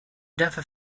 never